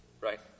right